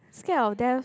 scared of death